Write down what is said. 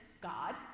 God